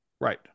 right